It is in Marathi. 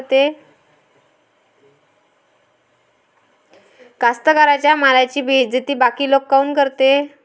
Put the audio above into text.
कास्तकाराइच्या मालाची बेइज्जती बाकी लोक काऊन करते?